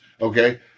Okay